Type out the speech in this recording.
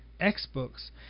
X-Books